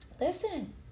Listen